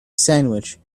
sandwich